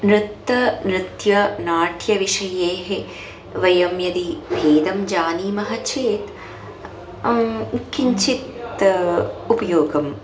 नृत्तं नृत्यनाट्यविषये वयं यदि भेदं जानीमः चेत् किञ्चित् उपयोगम्